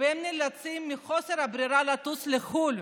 נאלצים מחוסר ברירה לטוס לחו"ל